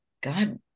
God